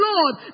Lord